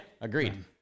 agreed